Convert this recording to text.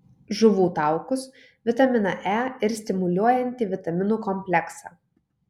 žuvų taukus vitaminą e ir stimuliuojantį vitaminų kompleksą